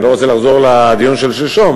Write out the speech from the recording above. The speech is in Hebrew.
אני לא רוצה לחזור לדיון של שלשום,